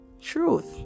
truth